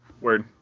Word